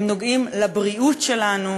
הם נוגעים לבריאות שלנו,